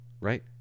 Right